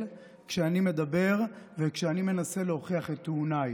כשאני מדבר וכשאני מנסה להוכיח את טיעוניי.